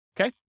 Okay